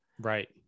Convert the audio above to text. Right